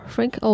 Frank